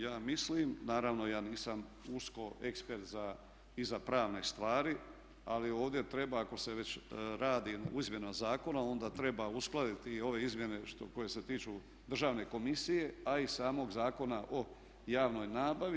Ja mislim, naravno ja nisam usko ekspert za pravne stvari, ali ovdje treba ako se već radi izmjena zakona onda treba uskladiti i ove izmjene koje se tiču državne komisije a i samog zakona o javnoj nabavi.